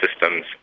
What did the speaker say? systems